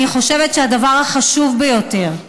אני חושבת שהדבר החשוב ביותר הוא